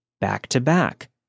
back-to-back